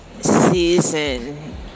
season